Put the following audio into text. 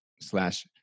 slash